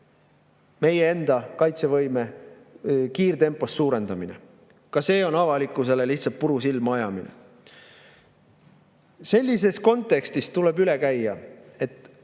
meie enda kaitsevõime kiirtempos suurendamine. Ka see on avalikkusele lihtsalt puru silma ajamine. Selles kontekstis tuleb üle käia, et